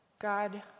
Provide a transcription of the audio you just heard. God